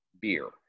beer